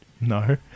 No